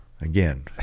Again